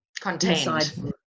Contained